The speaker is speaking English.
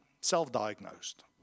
self-diagnosed